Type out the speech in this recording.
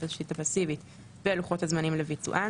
התשתית הפסיבית ולוחות הזמנים לביצוען,